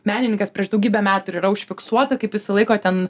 menininkas prieš daugybę metų ir yra užfiksuota kaip jisai laiko ten